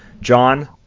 John